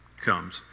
comes